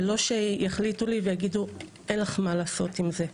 ולא שיחליטו לי ויגידו: אין לך מה לעשות עם זה.